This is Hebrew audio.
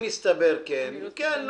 אם יסתבר שכן אז כן.